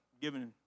given